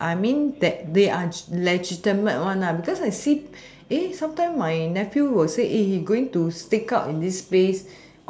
I mean that they are legitimate one because I see sometime my nephew will say you stake out this space